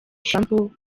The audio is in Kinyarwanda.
trump